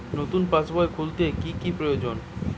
নতুন পাশবই খুলতে কি কি প্রয়োজন?